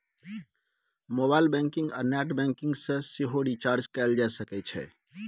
mobile banking आ net banking सँ सेहो रिचार्ज कएल जा सकै छै